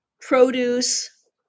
produce